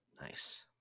Nice